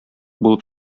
булып